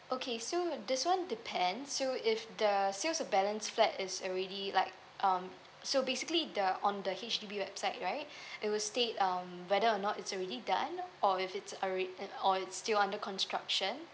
okay so this one depends so if the sales of balance flat is already like um so basically the on the H_D_B website right it will state um whether or not it's already done or if it's already~ or it's still under construction